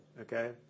okay